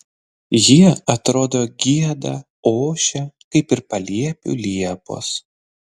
jie atrodo gieda ošia kaip ir paliepių liepos